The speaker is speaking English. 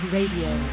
Radio